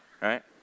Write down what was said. Right